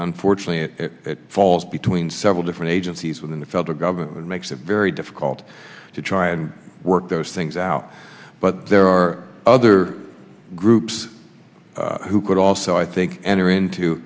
unfortunately it falls between several different agencies within the federal government makes it very difficult to try and work those things out but there are other groups who could also i think enter into